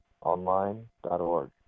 online.org